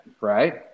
right